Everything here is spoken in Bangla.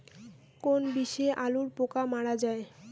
কোন বিষে আলুর পোকা মারা যায়?